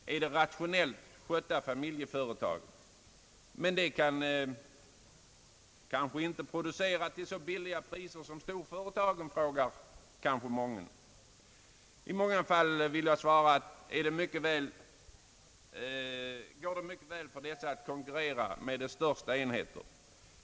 Men det kan kanske inte producera till så billiga priser som storföretagen, frågar kanske mången. Jag vill svara, att det i många fall mycket väl kan konkurrera med de största enheter.